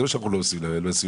זה מה שאנחנו מנסים להבין.